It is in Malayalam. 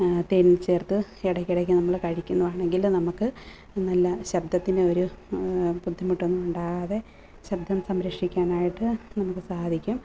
തേനും ചേർത്ത് ഇടയ്ക്കിടയ്ക്ക് നമ്മൾ കഴിക്കുന്നതാണെങ്കിൽ നമ്മൾക്ക് നല്ല ശബ്ദത്തിന് ഒരു ബുദ്ധിമുട്ടൊന്നും ഉണ്ടാകാതെ ശബ്ദം സംരക്ഷിക്കാനായിട്ട് നമുക്ക് സാധിക്കും